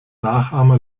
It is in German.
nachahmer